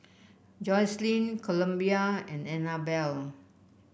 Jocelyne Columbia and Annabelle